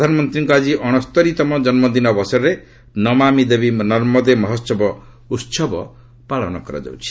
ପ୍ରଧାନମନ୍ତ୍ରୀଙ୍କ ଆଜି ଅଣସ୍ତରୀତମ ଜନ୍ମଦିନ ଅବସରରେ ନମାମି ଦେବୀ ନର୍ମଦେ ମହୋସବ ପାଳନ କରାଯାଉଛି